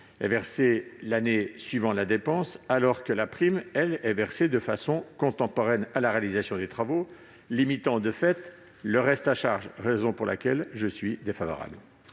effet versé l'année suivant la dépense, alors que la prime est versée de façon contemporaine à la réalisation des travaux, limitant ainsi le reste à charge. C'est la raison pour laquelle je suis défavorable